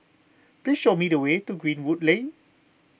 please show me the way to Greenwood Lane